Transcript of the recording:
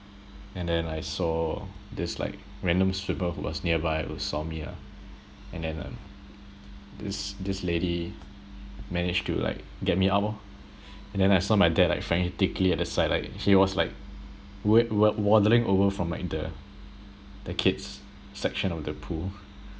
and then I saw this like random swimmer who was nearby who saw me ah and then um this this lady managed to like get me up orh and then I saw my dad like frantically at the side like he was like wa~ wa~ waddling over from like the the kids section of the pool